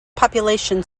population